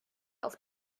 auf